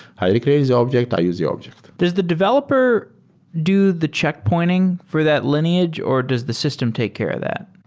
i recreate the object. i use the object. does the developer do the checkpointing for that lineage or does the system take care of that?